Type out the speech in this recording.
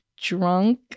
drunk